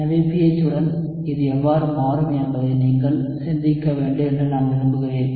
எனவே pH உடன் இது எவ்வாறு மாறும் என்பதை நீங்கள் சிந்திக்க வேண்டும் என்று நான் விரும்புகிறேன்